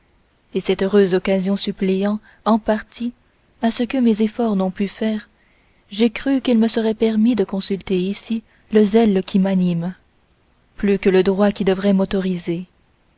et cette heureuse occasion suppléant en partie à ce que mes efforts n'ont pu faire j'ai cru qu'il me serait permis de consulter ici le zèle qui m'anime plus que le droit qui devrait m'autoriser